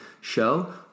show